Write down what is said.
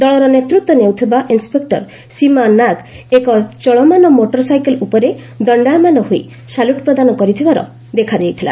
ଦଳର ନେତୃତ୍ୱ ନେଉଥିବା ଇନ୍ସ୍ୱେକ୍ଟର ସୀମା ନାଗ୍ ଏକ ଚଳମାନ ମୋଟର ସାଇକେଲ୍ ଉପରେ ଦଶ୍ଡାୟମାନ ହୋଇ ସାଲ୍ୟୁଟ୍ ପ୍ରଦାନ କର୍ତ୍ତିବାର ଦେଖାଯାଇଥିଲା